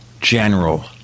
general